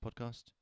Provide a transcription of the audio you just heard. Podcast